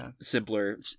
simpler